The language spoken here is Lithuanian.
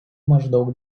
maždaug